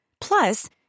Plus